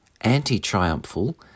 anti-triumphal